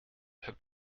her